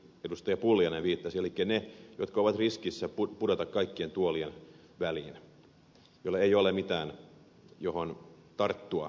pulliainen viittasi elikkä ne jotka ovat riskissä pudota kaikkien tuolien väliin joilla ei ole mitään mihin tarttua